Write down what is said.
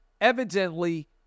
evidently